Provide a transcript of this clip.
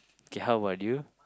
K how about you